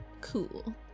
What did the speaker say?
Cool